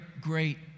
great